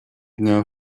дня